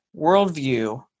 worldview